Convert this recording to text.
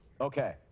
Okay